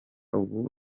ubu